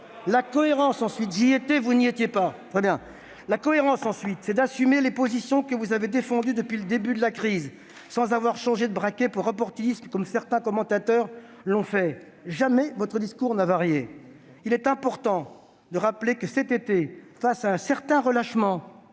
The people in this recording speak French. La cohérence, ensuite, c'est d'assumer les positions que vous avez défendues depuis le début de la crise, sans changer de braquet par opportunisme, comme certains commentateurs l'ont fait. Jamais votre discours n'a varié. Il est important de rappeler que, cet été, face à un certain relâchement,